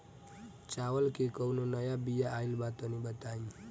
चावल के कउनो नया बिया आइल बा तनि बताइ?